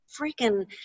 freaking